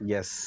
Yes